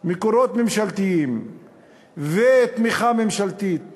מקורות ממשלתיים ותמיכה ממשלתית